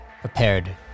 ...prepared